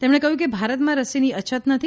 તેમણે કહ્યું કે ભારતમાં રસીની અછત નથી